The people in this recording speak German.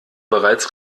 bereits